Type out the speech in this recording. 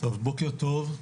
בוקר טוב,